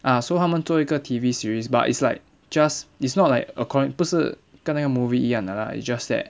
ah so 他们做一个 T_V series but it's like just it's not like according 不是跟那个 movie 一样的 lah it's just that